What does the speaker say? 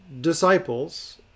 disciples